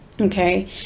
okay